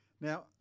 Now